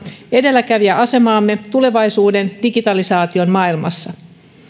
edelläkävijäasemaamme tulevaisuuden digitalisaation maailmassa